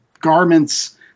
garments